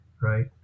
right